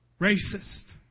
Racist